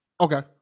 Okay